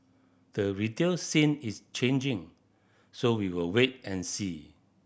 the retail scene is changing so we'll wait and see